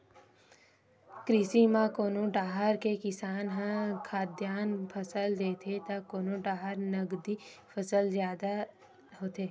कृषि म कोनो डाहर के किसान ह खाद्यान फसल लेथे त कोनो डाहर नगदी फसल जादा होथे